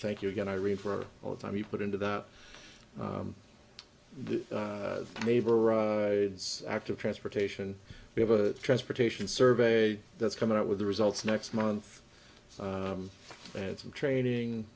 thank you again i read for all the time you put into that the neighbor or active transportation we have a transportation survey that's coming out with the results next month and some training